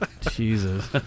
Jesus